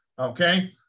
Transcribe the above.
okay